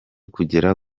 kugera